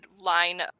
line